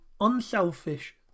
unselfish